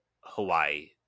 Hawaii